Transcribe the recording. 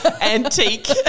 antique